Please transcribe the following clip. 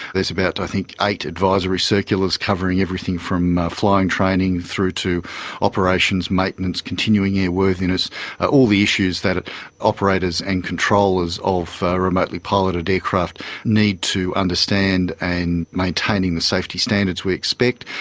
there's about, i think, eight advisory circulars covering everything from flying training through to operations, maintenance, continuing airworthiness all the issues that operators and controllers of remotely piloted aircraft need to understand, and maintaining the safety standards we expect.